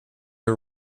are